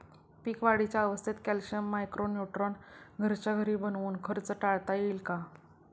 पीक वाढीच्या अवस्थेत calcium, micro neutron घरच्या घरी बनवून खर्च टाळता येईल का?